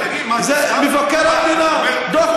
תגיד, מה, אתה סתם, מבקר המדינה,